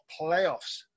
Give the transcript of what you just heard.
Playoffs